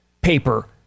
paper